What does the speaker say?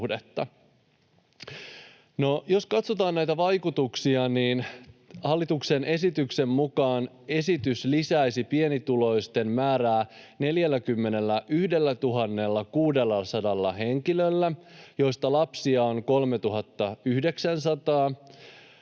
Jos katsotaan näitä vaikutuksia, niin hallituksen esityksen mukaan esitys lisäisi pienituloisten määrää 41 600 henkilöllä, joista lapsia on 3 900.